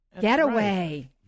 getaway